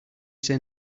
say